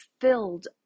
filled